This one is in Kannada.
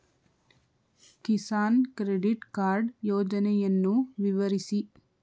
ಕಿಸಾನ್ ಕ್ರೆಡಿಟ್ ಕಾರ್ಡ್ ಯೋಜನೆಯನ್ನು ವಿವರಿಸಿ?